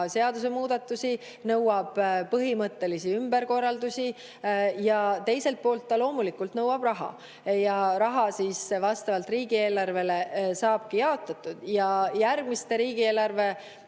seadusemuudatusi, nõuab põhimõttelisi ümberkorraldusi. Ja teiselt poolt ta loomulikult nõuab raha ja raha vastavalt riigieelarvele saabki jaotatud. Järgmiste riigi